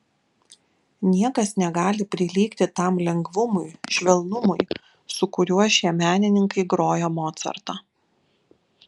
niekas negali prilygti tam lengvumui švelnumui su kuriuo šie menininkai groja mocartą